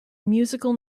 musical